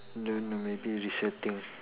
don't